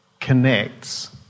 connects